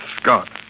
Scott